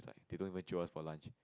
they don't even jio us for lunch